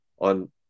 on